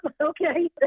okay